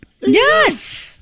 Yes